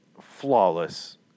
flawless